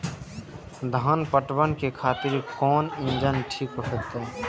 धान पटवन के खातिर कोन इंजन ठीक होते?